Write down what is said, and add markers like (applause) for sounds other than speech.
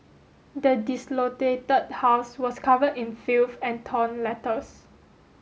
the (unintelligible) house was covered in filth and torn letters